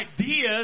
ideas